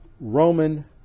Roman